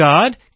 God